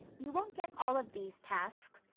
you won't get all of these tasks,